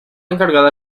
encargada